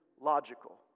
logical